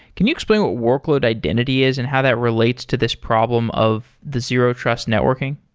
can you explain what workload identity is and how that relates to this problem of the zero-trust networking?